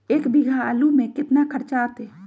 एक बीघा आलू में केतना खर्चा अतै?